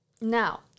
Now